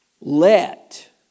Let